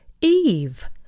Eve